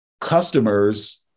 customers